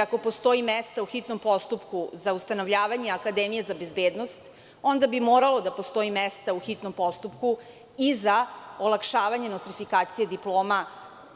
Ako postoji mesta u hitnom postupku za ustanovljavanje akademije za bezbednost, onda bi moralo da postoji i mesta u hitnom postupku i za olakšavanje nostrifikacije diploma